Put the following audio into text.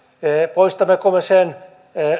poistammeko me sen